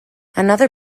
another